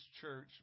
church